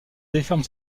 déforme